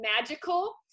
magical